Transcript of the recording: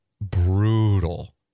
brutal